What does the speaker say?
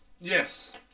yes